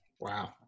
wow